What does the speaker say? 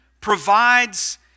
provides